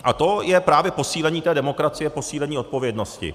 A to je právě posílení té demokracie, posílení odpovědnosti.